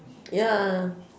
ya